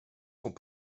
sont